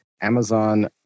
Amazon